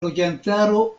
loĝantaro